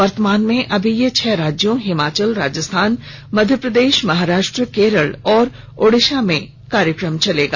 वर्तमान में अभी ये छह राज्यों हिमाचल राजस्थान मध्यप्रदेश महाराष्ट्र केरल और ओड़िशा में कार्यक्रम चलेगा